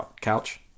Couch